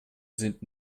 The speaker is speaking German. sind